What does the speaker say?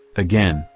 again,